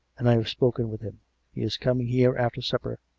and i have spoken with him he is coming here after supper.